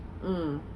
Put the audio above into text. mm